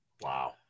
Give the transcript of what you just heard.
Wow